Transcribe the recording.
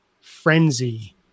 frenzy